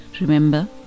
remember